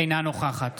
אינה נוכחת